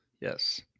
Yes